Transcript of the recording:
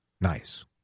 nice